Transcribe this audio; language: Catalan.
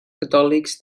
catòlics